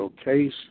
Case